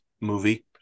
movie